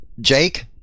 Jake